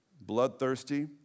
bloodthirsty